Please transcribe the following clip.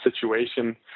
situation